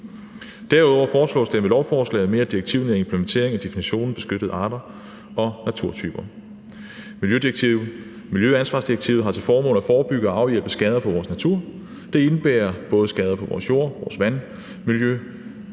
Derudover foreslås det med lovforslaget en mere direktivnær implementering af definitionen beskyttede arter og naturtyper. Miljøansvarsdirektivet har til formål at forebygge og afhjælpe skader på vores natur. Det indebærer både skader på vores jord, vores vandmiljø,